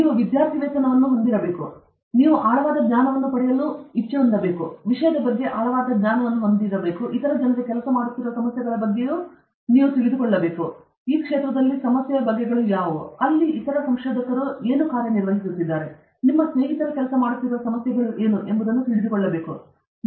ನೀವು ವಿದ್ಯಾರ್ಥಿವೇತನವನ್ನು ಹೊಂದಿರಬೇಕು ಅಂದರೆ ನೀವು ಆಳವಾದ ಜ್ಞಾನವನ್ನು ಹೊಂದಿರಬೇಕು ನಿಮ್ಮ ವಿಷಯದ ಬಗ್ಗೆ ನೀವು ಆಳವಾದ ಜ್ಞಾನವನ್ನು ಹೊಂದಿರಬೇಕು ಇತರ ಜನರು ಕೆಲಸ ಮಾಡುತ್ತಿರುವ ಸಮಸ್ಯೆಗಳ ಬಗ್ಗೆ ನೀವು ಉತ್ತಮ ಜ್ಞಾನವನ್ನು ಹೊಂದಿರಬೇಕು ಈ ಕ್ಷೇತ್ರದಲ್ಲಿ ಸಮಸ್ಯೆಯ ಬಗೆಗಳು ಯಾವುವು ಅಲ್ಲಿ ಇತರ ಸಂಶೋಧಕರು ಕಾರ್ಯನಿರ್ವಹಿಸುತ್ತಿದ್ದಾರೆ ನಿಮ್ಮ ಸ್ನೇಹಿತರು ಕೆಲಸ ಮಾಡುತ್ತಿರುವ ಸಮಸ್ಯೆಗಳೇನು ಎಂಬುದನ್ನು ತಿಳಿದುಕೊಳ್ಳಬೇಕು ಇದು ವಿದ್ಯಾರ್ಥಿವೇತನ